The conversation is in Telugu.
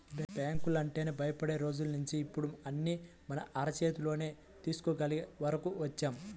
బ్యాంకులంటేనే భయపడే రోజుల్నించి ఇప్పుడు అన్నీ మన అరచేతిలోనే చేసుకోగలిగే వరకు వచ్చాం